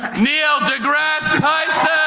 neil degrasse tyson.